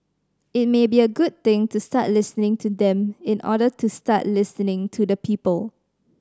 it may be a good thing to start listening to them in order to start listening to the people